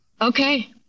Okay